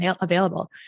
available